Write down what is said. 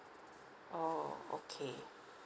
oh okay